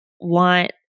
want